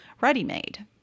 ready-made